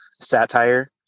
satire